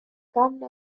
canne